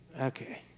okay